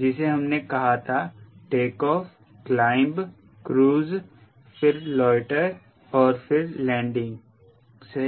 जिसे हमने कहा था टेकऑफ़ क्लाइंब क्रूज़ फिर लोएटर और फिर लैंडिंग सही